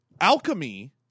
alchemy